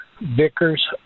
Vickers